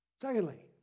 Secondly